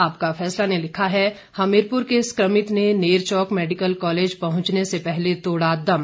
आपका फैसला ने लिखा है हमीरपुर के संक्रमित ने नेरचौक मेडिकल कॉलेज पहंचने से पहले तोड़ा दम